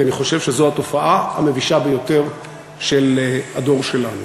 כי אני חושב שזו התופעה המבישה ביותר של הדור שלנו.